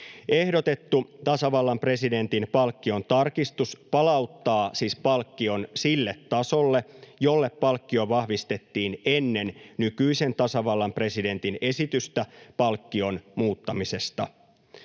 Ehdotettu tasavallan presidentin palkkion tarkistus palauttaa siis palkkion sille tasolle, jolle palkkio vahvistettiin ennen nykyisen tasavallan presidentin esitystä palkkion muuttamisesta.